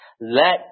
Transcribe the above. Let